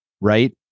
Right